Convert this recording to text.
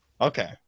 Okay